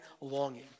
longing